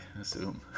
assume